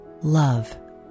love